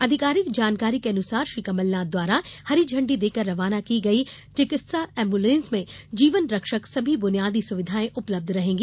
आधिकारिक जानकारी के अनुसार श्री कमलनाथ द्वारा हरी झंडी देकर रवाना की गई नई चिकित्सा एंबुलेंस में जीवन रक्षक सभी बुनियादी सुविधाएं उपलब्ध रहेंगी